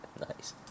Nice